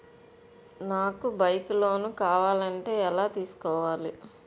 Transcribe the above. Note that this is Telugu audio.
నాకు బైక్ లోన్ కావాలంటే ఎలా తీసుకోవాలి?